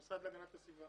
המשרד להגנת הסביבה